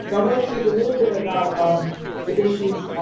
so i want to speak a little bit about um the issues,